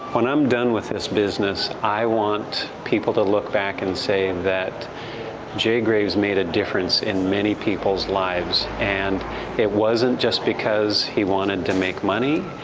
when i'm done with this business, i want people to look back and say that jay graves made a difference in many people's lives, and it wasn't just because he wanted to make money,